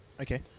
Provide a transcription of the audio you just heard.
Okay